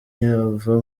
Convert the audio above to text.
yava